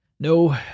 No